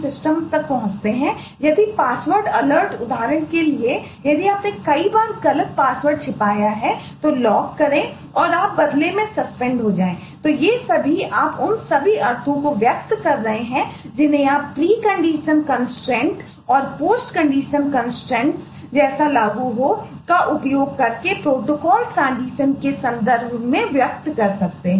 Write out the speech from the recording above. system के संदर्भ में व्यक्त कर सकते हैं